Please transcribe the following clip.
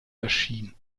erschien